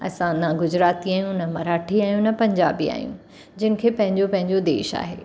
असां न गुजराती आहियूं त मराठी आहियूं न पंजाबी आहियूं जंहिंखें पंहिंजो पंहिंजो देश आहे